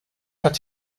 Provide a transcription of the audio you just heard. hat